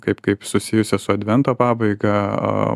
kaip kaip susijusią su advento pabaiga